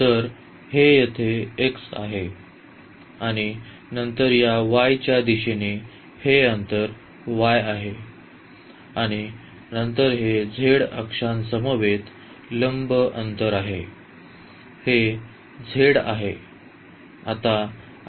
तर हे येथे x आहे आणि नंतर या y च्या दिशेने हे अंतर y आहे आणि नंतर हे z अक्षांसमवेत लंब अंतर आहे हे z आहे